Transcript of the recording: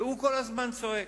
והוא כל הזמן צועק: